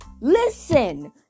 Listen